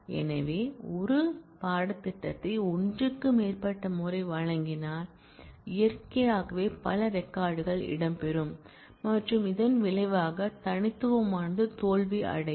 எனவே இது ஒரு பாடத்திட்டத்தை ஒன்றுக்கு மேற்பட்ட முறை வழங்கினால் இயற்கையாகவே பல ரெக்கார்ட் கள் இடம்பெறும் மற்றும் இதன் விளைவாக தனித்துவமானது தோல்வியடையும்